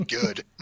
Good